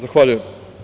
Zahvaljujem.